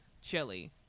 chili